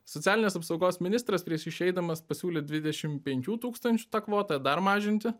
socialinės apsaugos ministras prieš išeidamas pasiūlė dvidešim penkių tūkstančių tą kvotą dar mažinti